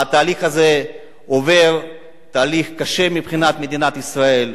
התהליך הזה הוא תהליך קשה מבחינת מדינת ישראל.